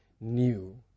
new